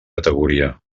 categoria